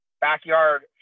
backyard